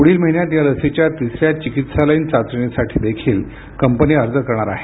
पुढील महिन्यात या लसीच्या तिसन्या चिकित्सालयीन चाचणीसाठी देखील कंपनी अर्ज करणार आहे